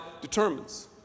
determines